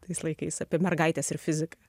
tais laikais apie mergaites ir fiziką